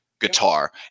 guitar